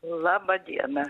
laba diena